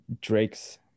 drake's